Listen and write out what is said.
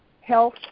health